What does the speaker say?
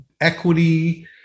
equity